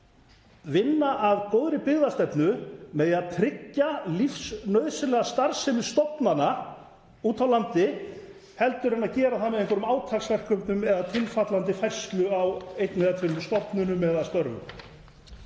vinna að góðri byggðastefnu með því að tryggja lífsnauðsynlega starfsemi stofnana úti á landi heldur en að gera það með einhverjum átaksverkefnum eða tilfallandi færslu á einni eða tveimur stofnunum eða störfum.